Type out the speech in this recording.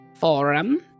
forum